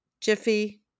jiffy